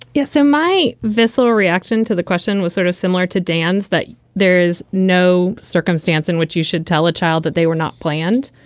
yes. in my visceral reaction to the question was sort of similar to dan's, that there is no circumstance in which you should tell a child that they were not planned.